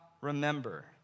remember